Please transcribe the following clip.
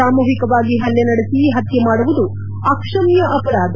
ಸಾಮೂಹಿಕವಾಗಿ ಹಲ್ಲೆ ನಡೆಸಿ ಹತ್ಯೆ ಮಾಡುವುದು ಅಕ್ಷಮ್ಯ ಅಪರಾಧ